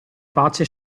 pace